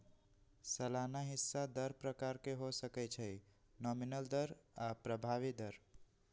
सलाना हिस्सा दर प्रकार के हो सकइ छइ नॉमिनल दर आऽ प्रभावी दर